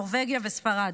נורבגיה וספרד,